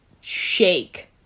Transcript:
shake